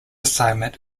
assignment